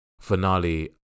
finale